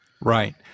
Right